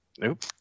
Nope